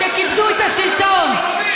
שכיבדו את השלטון,